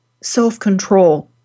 self-control